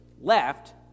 left